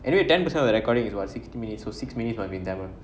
anyway ten percent of the recording is what sixty minutes so six minutes must be tamil